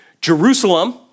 Jerusalem